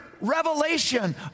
revelation